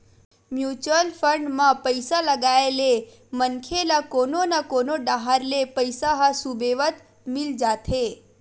mutual fund म पइसा लगाए ले मनखे ल कोनो न कोनो डाहर ले पइसा ह सुबेवत मिल जाथे